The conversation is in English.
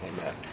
amen